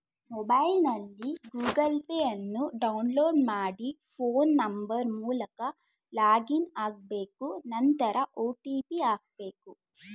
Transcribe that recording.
ಮೊಬೈಲ್ನಲ್ಲಿ Google Pay ಅನ್ನು download ಮಾಡಿ ಫೋನ್ ನಂಬರ್ ಮೂಲಕ ಲಾಗಿನ್ ಆಗ್ಬೇಕು ನಂತರ ಒ.ಟಿ.ಪಿ ಹಾಕ್ಬೇಕು